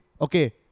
okay